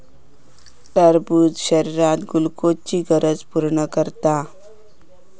टरबूज शरीरात ग्लुकोजची गरज पूर्ण करता